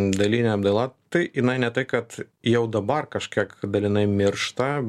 daline apdaila tai jiani ne tai kad jau dabar kažkiek dalinai miršta